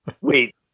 Wait